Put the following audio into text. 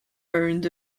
earned